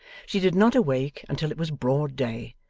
she did not awake until it was broad day,